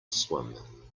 swim